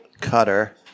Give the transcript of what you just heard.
cutter